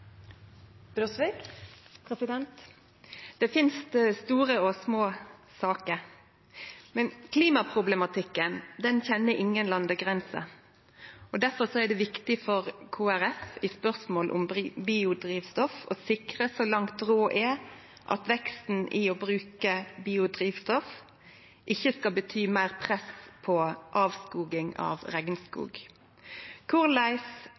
Det finst store og små saker, men klimaproblematikken kjenner ingen landegrenser. Difor er det viktig for Kristeleg Folkeparti i spørsmål om biodrivstoff å sikre – så langt råd er – at veksten i bruk av biodrivstoff ikkje skal bety meir press på avskoging av